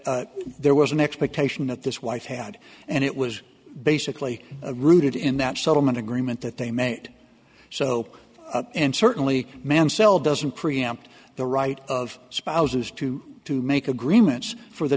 there was an expectation that this wife had and it was basically a rooted in that settlement agreement that they made so and certainly mamselle doesn't preempt the right of spouses to to make agreements for the